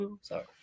sorry